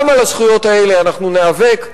גם על הזכויות האלה אנחנו ניאבק,